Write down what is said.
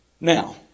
Now